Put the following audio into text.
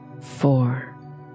four